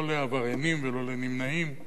לא לעבריינים ולא לנמנעים.